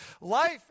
Life